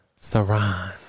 Saran